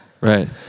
Right